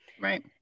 right